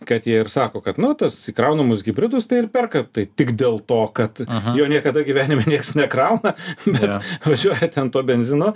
kad jie ir sako kad nu tuos įkraunamus hibridus tai ir perka tai tik dėl to kad jo niekada gyvenime nieks nekrauna bet važiuoja ten tuo benzinu